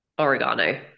Oregano